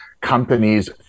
companies